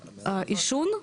עישון,